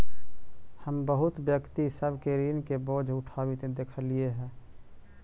हम बहुत व्यक्ति सब के ऋण के बोझ उठाबित देखलियई हे